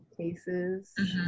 cases